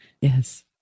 yes